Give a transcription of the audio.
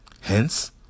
hence